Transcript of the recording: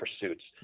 pursuits